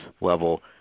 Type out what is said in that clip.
level